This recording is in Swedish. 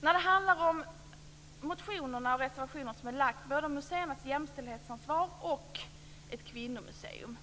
När det handlar om motionerna och reservationerna både om museernas jämställdhetsansvar och om ett kvinnomuseum